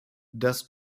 das